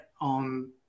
on